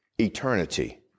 eternity